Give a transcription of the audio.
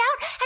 out